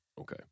Okay